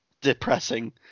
Depressing